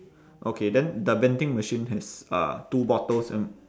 okay then the vending machine has uh two bottles and